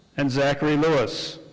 and zachary lewis.